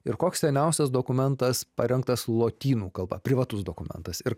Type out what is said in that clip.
ir koks seniausias dokumentas parengtas lotynų kalba privatus dokumentas ir